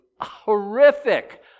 horrific